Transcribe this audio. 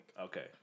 Okay